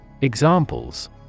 Examples